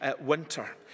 winter